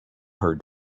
her